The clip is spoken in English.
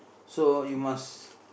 so you must